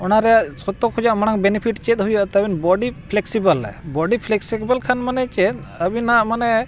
ᱚᱱᱟᱨᱮᱱᱟᱜ ᱡᱷᱚᱛᱚ ᱠᱷᱚᱱᱟᱜ ᱢᱟᱲᱟᱝ ᱵᱮᱱᱤᱯᱷᱤᱴ ᱪᱮᱫ ᱦᱩᱭᱩᱜᱼᱟ ᱛᱟᱹᱵᱤᱱ ᱵᱚᱰᱤ ᱯᱷᱞᱮᱠᱥᱤᱵᱚᱞ ᱟᱭ ᱵᱚᱰᱤ ᱯᱷᱞᱮᱠᱥᱤᱵᱚᱞ ᱠᱷᱟᱱ ᱢᱟᱱᱮ ᱪᱮᱫ ᱟᱹᱵᱤᱱᱟᱜ ᱢᱟᱱᱮ